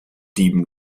dieben